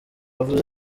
avuze